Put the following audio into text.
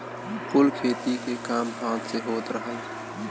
कुल खेती के काम हाथ से होत रहल